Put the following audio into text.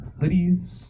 Hoodies